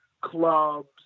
clubs